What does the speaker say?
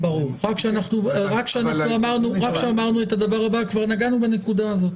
כבר נגענו בנקודה הזאת.